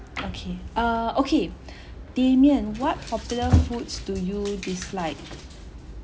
okay uh okay damian what popular foods do you dislike